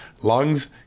lungs